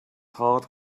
heart